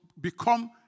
become